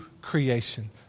creation